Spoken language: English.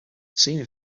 senior